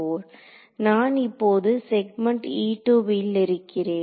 நான் இப்போது செக்மெண்ட் ல் இருக்கிறேன்